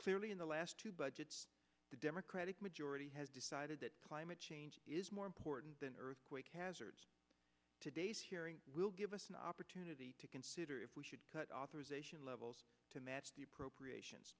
clearly in the last two budgets the democratic majority has decided that climate change is more important than earthquake hazards today will give us an opportunity to consider if we should cut authorization levels to match the appropriations